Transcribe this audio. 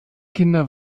kinder